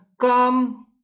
come